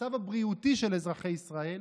המצב הבריאותי של אזרחי ישראל,